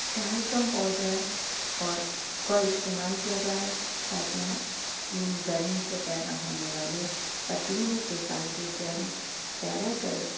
talcum powder اور کو استعمال کیا جائے تاکہ ہم گرمی سے پیدا ہونے والے پسینے کے ساتھ جو جرم پیدا کر